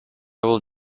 will